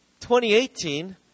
2018